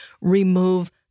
remove